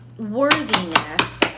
worthiness